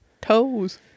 toes